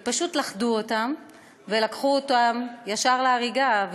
ופשוט לכדו אותם ולקחו אותם ישר להריגה,